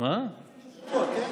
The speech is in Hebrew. תקציב לשבוע, כן?